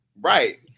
Right